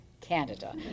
Canada